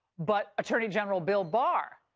but attorney general bill barr,